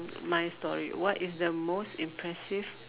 my story what is the most impressive